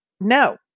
no